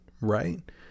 right